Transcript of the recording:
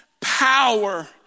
power